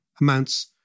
amounts